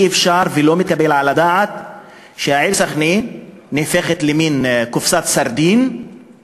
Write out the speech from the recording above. אי-אפשר ולא מתקבל על הדעת שהעיר סח'נין נהפכת למין קופסת סרדינים,